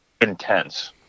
intense